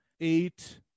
eight